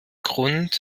grund